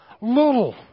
little